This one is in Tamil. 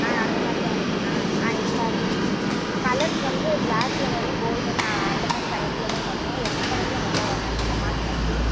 ஆ அந்த மாதிரி தான் இருக்குது ஆ ஆ இது பாருங்கள் கலர்ஸ் வந்து ப்ளாக்கில் வரும் கோல்டன் அந்த மாதிரி கலர்ஸ்ல தான் வரும் எல்லா கலர்லயும் அவ்வளோவா வராது ஸ்மார்ட் வாட்ச்சி